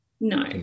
No